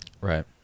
Right